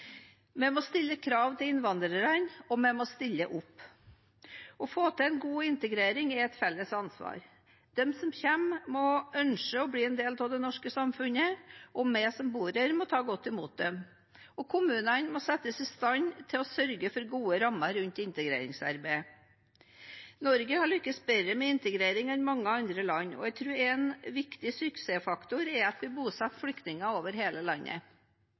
Vi må stille krav til innvandrerne, og vi må stille opp. Å få til en god integrering er et felles ansvar. De som kommer, må ønske å bli en del av det norske samfunnet, og vi som bor her, må ta godt imot dem. Kommunene må settes i stand til å sørge for gode rammer rundt integreringsarbeidet. Norge har lyktes bedre med integrering enn mange andre land. Jeg tror en viktig suksessfaktor er at vi bosetter flyktninger over hele landet.